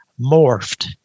morphed